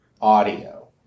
audio